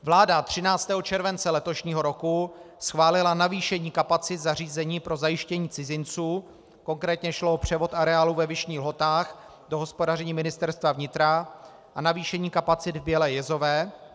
Vláda 13. července letošního roku schválila navýšení kapacit zařízení pro zajištění cizinců, konkrétně šlo o převod areálu ve Vyšních Lhotách do hospodaření Ministerstva vnitra a navýšení kapacit v BěléJezové.